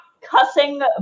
cussing